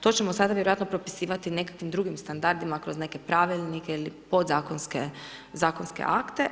To ćemo vjerojatno propisivati nekakvim drugim standardima, kroz neke pravilnike ili podzakonske akte.